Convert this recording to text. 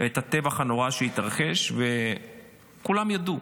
את הטבח הנורא שהתרחש, כולם ידעו.